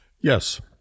Yes